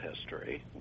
history